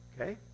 Okay